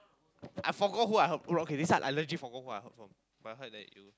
I forgot who I heard okay this one I legit I forgot who I heard from but I heard that you